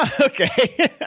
Okay